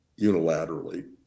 unilaterally